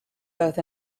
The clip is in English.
both